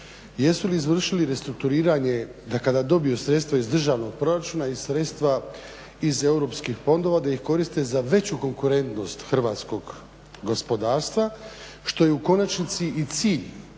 jesu li izvršili restrukturiranje da kada dobiju sredstva iz državnog proračuna i sredstva iz europskih fondova da ih koriste za veću konkurentnost hrvatskog gospodarstva što je u konačnici i cilj